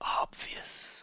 obvious